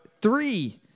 three